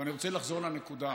ואני רוצה לחזור לנקודה: